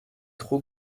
trop